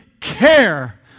care